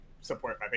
support